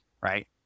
right